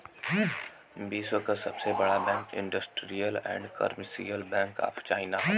विश्व क सबसे बड़ा bank Industrial and Commercial Bank of China हौ